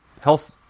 health